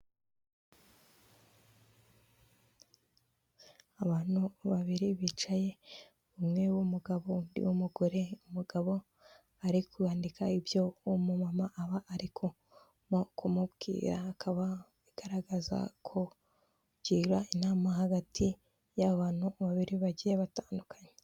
Abantu babiri bicaye umwe w'umugabo undi w'umugore, umugabo ari kwandika ibyo uwo mumama aba ari kumubwira, akaba agaragaza ko ari kugira inama hagati y'abantu babiri bagiye batandukanye.